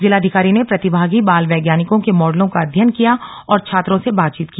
जिलाधिकारी ने प्रतिभागी बाल वैज्ञानिकों के मॉडलों का अध्ययन किया और छात्रों से बातचीत की